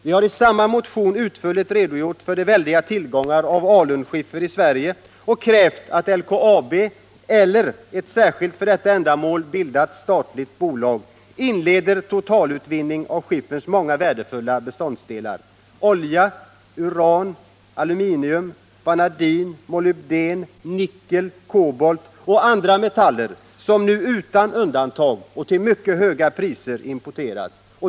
Vi har i samma motion utförligt redogjort för de väldiga tillgångarna av alunskiffer i Sverige och krävt att LKAB eller ett särskilt för detta ändamål bildat statligt bolag inleder totalutvinning av skifferns många värdefulla beståndsdelar: olja, uran, aluminium, vanadin, molybden, nickel, kobolt och andra metaller, som nu utan undantag och till mycket höga priser måste importeras.